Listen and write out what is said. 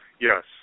yes